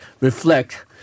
reflect